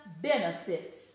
benefits